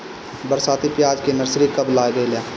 बरसाती प्याज के नर्सरी कब लागेला?